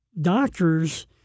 doctors